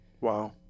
Wow